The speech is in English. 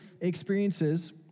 experiences